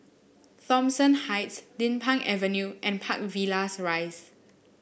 Thomson Heights Din Pang Avenue and Park Villas Rise